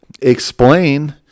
explain